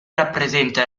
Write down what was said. rappresenta